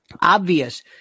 obvious